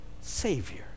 Savior